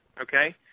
okay